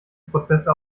prozesse